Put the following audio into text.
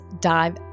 dive